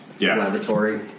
laboratory